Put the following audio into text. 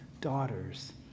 daughters